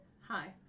hi